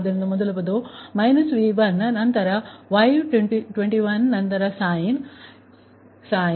ಆದ್ದರಿಂದ ಮೊದಲ ಪದವು ಮೈನಸ್ V1 ಆಗುತ್ತದೆ ನಂತರ Y21 ನಂತರ ಸೈನ್ ನಂತರ ⁡ ⁡21 21